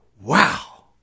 wow